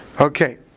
Okay